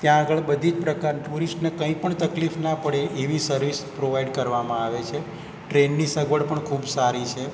ત્યાં આગળ બધી જ પ્રકાર ટૂરિસ્ટને કંઈ પણ તકલીફ ના પડે એવી સર્વિસ પ્રોવાઈડ કરવામાં આવે છે ટ્રેનની સગવડ પણ ખૂબ સારી છે